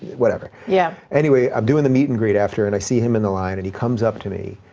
whatever. yeah anyway, i'm doing the meet and greet after and i see him in the line, and he comes up to me,